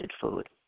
food